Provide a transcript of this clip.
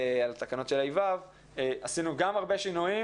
על תקנות של ה'-ו', עשינו גם הרבה שינויים